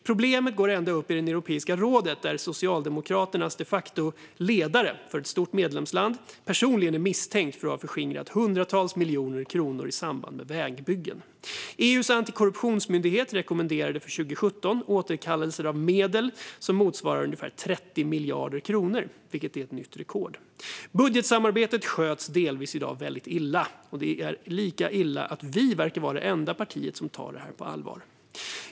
Problemet går ända upp i Europeiska rådet, där den som de facto är ledare för socialdemokraterna i ett stort medlemsland personligen är misstänkt för att ha förskingrat hundratals miljoner kronor i samband med vägbyggen. EU:s antikorruptionsmyndighet rekommenderade för 2017 återkallelse av medel som motsvarar ungefär 30 miljarder kronor, vilket är ett nytt rekord. Budgetsamarbetet sköts i dag delvis mycket illa. Det är lika illa att vi verkar vara det enda parti som tar detta på allvar.